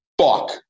fuck